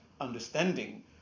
understanding